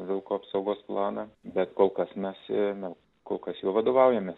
vilko apsaugos planą bet kol kas mes ėjome kol kas juo vadovaujamės